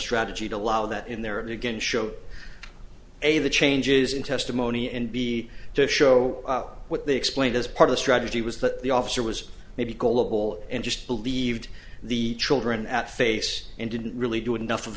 strategy to allow that in there begin to show a the changes in testimony and b to show what they explained as part of the strategy was that the officer was maybe global and just believed the children at face and didn't really do enough of